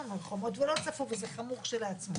"שומר חומות" ולא צפו וזה חמור כשלעצמו